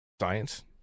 Science